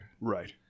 Right